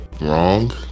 wrong